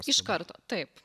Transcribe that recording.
iš karto taip